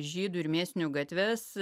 žydų ir mėsinių gatves